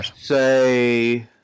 say